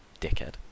Dickhead